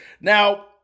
Now